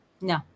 No